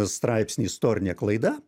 straipsnį istorinė klaida